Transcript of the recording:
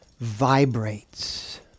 vibrates